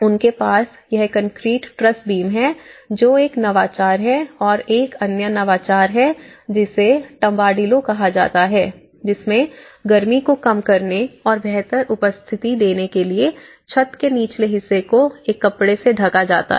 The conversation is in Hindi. उनके पास यह कंक्रीट ट्रस बीम है जो एक नवाचार है और एक अन्य नवाचार है जिसे टंबाडिलो कहा जाता है जिसमें गर्मी को कम करने और बेहतर उपस्थिति देने के लिए छत के निचले हिस्से हो एक कपड़े से ढका जाता है